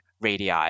radii